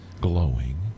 Glowing